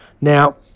Now